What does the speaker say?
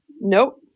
Nope